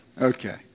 Okay